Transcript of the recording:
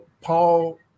Paul